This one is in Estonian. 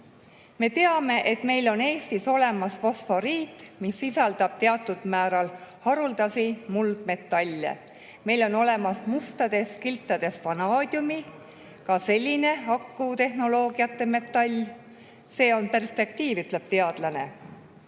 Me teame, et meil on Eestis olemas fosforiit, mis sisaldab teatud määral haruldasi muldmetalle. Meil on olemas mustades kiltades vanaadium – ka selline akutehnoloogiate metall. See on perspektiiv," ütleb teadlane.